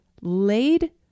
laid